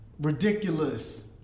Ridiculous